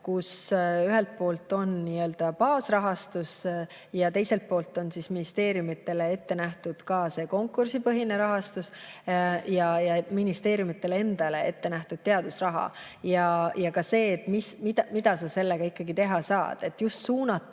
kus ühelt poolt on nii-öelda baasrahastus ja teiselt poolt on ministeeriumidele ette nähtud ka konkursipõhine rahastus ja ministeeriumidele endale ette nähtud teadusraha. [On tähtis], mida sa sellega ikkagi teha saad, ja suunata